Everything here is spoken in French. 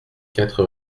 quatre